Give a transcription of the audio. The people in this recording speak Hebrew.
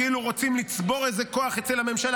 כאילו רוצים לצבור איזה כוח אצל הממשלה,